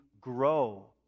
grow